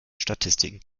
statistiken